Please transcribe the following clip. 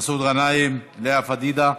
מסעוד גנאים, לאה פדידה,